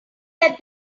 let